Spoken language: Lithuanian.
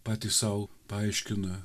patys sau paaiškina